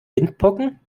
windpocken